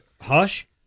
hush